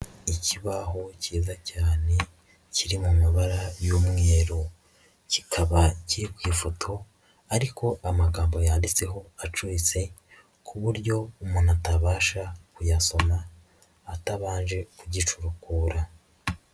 Ikibaho cyiza cyane kiri mu mabara y'umweru, kikaba kiri ku ifoto ariko amagambo yanditseho acutse ku buryo umuntu atabasha kuyasoma atabanje kugicurukura.